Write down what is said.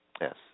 Yes